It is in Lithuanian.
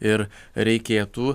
ir reikėtų